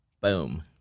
boom